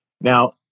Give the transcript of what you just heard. now